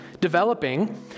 developing